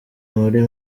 muri